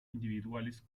individuales